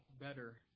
better